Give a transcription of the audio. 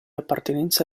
appartenenza